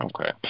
Okay